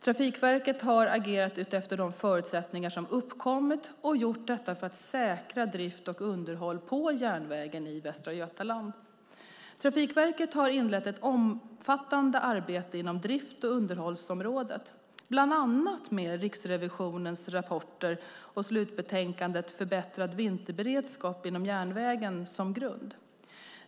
Trafikverket har agerat utefter de förutsättningar som uppkommit och gjort detta för att säkra drift och underhåll på järnvägen i Västra Götaland. Trafikverket har inlett ett omfattande arbete inom drift och underhållsområdet, bland annat med Riksrevisionens rapporter och slutbetänkandet Förbättrad vinterberedskap inom järnvägen som grund.